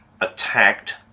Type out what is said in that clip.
attacked